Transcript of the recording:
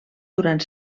durant